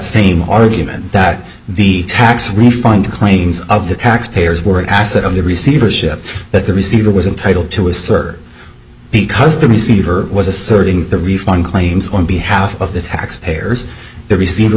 same argument that the tax refund claims of the tax payers were an asset of the receivership that the receiver was entitled to his sir because the receiver was asserting the refund claims on behalf of the tax payers the receiver